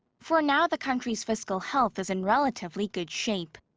for now, the country's fiscal health is in relatively good shape.